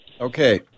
Okay